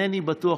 אינני בטוח,